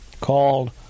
called